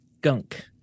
gunk